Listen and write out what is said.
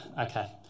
okay